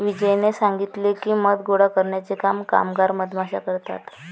विजयने सांगितले की, मध गोळा करण्याचे काम कामगार मधमाश्या करतात